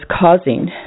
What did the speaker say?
causing